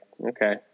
okay